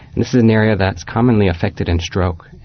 this is an area that's commonly affected in stroke.